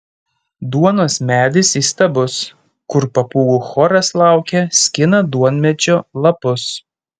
duonos medis įstabus kur papūgų choras laukia skina duonmedžio lapus